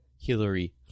Hillary